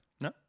No